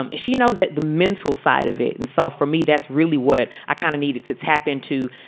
um she knows that the mental side of it. and so for me, that's really what i kind of needed to tap into.